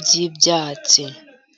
by'ibyatsi.